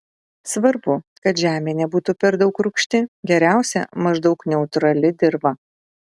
svarbu kad žemė nebūtų per daug rūgšti geriausia maždaug neutrali dirva